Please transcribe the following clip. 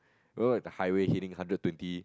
you know that the highway heading hundred twenty